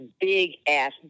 big-ass